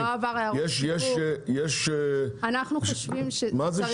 זה לא עבר הערות --- את משרד המשפטים?